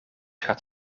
gaat